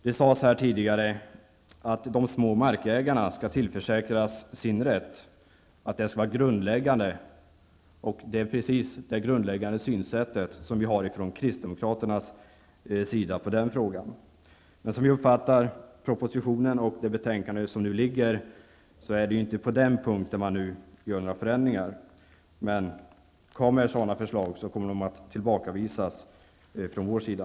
Det har sagts tidigare att de små markägarna skall tillförsäkras sin rätt. Det skall vara grundläggande, och det är precis det grundläggande synsättet som vi kristdemokrater har i den frågan. Men vi uppfattar att propositionen och det betänkande som nu har lagts fram inte gör några förändringar på den punkten. Om sådana förslag läggs fram kommer de att tillbakavisas från vår sida.